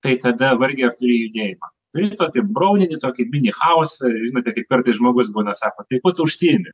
tai tada vargiai ar turi judėjimą turint tokį brolį tokį mini chaosą žinote kaip kartais žmogus būna sako tai kuo tu užsiimi